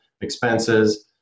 expenses